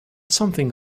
something